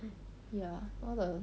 ya all the